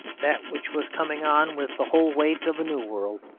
that which was coming on, with the whole weight of a new world,